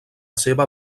seva